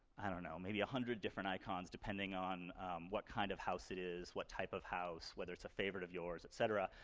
i don't know, maybe a hundred different icons depending on what kind of house it is, what type of house, whether it's a favorite of yours, et cetera.